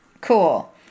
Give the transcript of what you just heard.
Cool